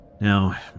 Now